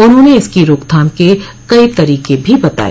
उन्होंने इसकी रोकथाम के कई तरीके भी बताये